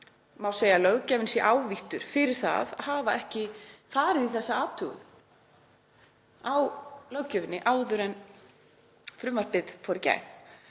má segja að löggjafinn sé ávíttur fyrir það að hafa ekki farið í þessa athugun á löggjöfinni áður en frumvarpið fór í gegn.